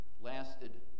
lasted